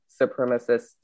supremacist